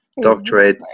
doctorate